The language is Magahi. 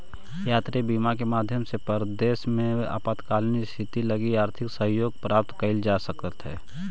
यात्री बीमा के माध्यम से परदेस में आपातकालीन स्थिति लगी आर्थिक सहयोग प्राप्त कैइल जा सकऽ हई